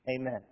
Amen